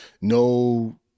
no